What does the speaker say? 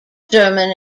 german